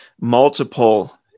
multiple